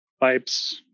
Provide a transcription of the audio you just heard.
pipes